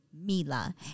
Mila